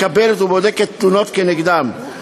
מקבלת ובודקת תלונות כנגדם,